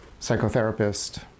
psychotherapist